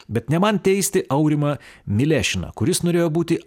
bet ne man teisti aurimą milešiną kuris norėjo būti